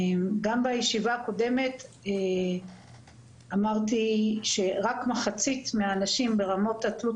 גם בישיבה הקודמת אמרתי שרק מחצית מהאנשים ברמות התלות